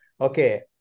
Okay